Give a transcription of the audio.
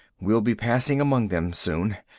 we'll be passing among them, soon.